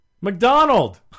McDonald